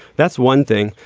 that's one thing.